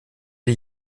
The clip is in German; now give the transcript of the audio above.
die